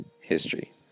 history